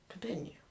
Continue